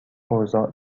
اوضاع